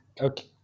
Okay